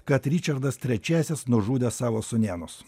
kad ričardas trečiasis nužudė savo sūnėnus